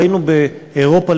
ראינו באירופה,